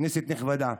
כנסת נכבדה,